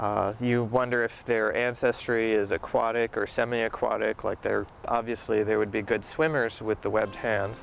s you wonder if their ancestry is aquatic or semi aquatic like they're obviously they would be good swimmers with the web han